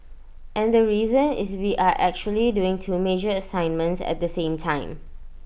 and the reason is we are actually doing two major assignments at the same time